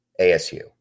ASU